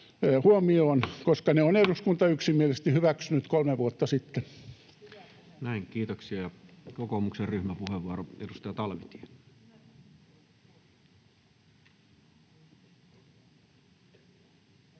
koska ne on eduskunta yksimielisesti hyväksynyt kolme vuotta sitten. Näin, kiitoksia. — Kokoomuksen ryhmäpuheenvuoro, edustaja Talvitie. Arvoisa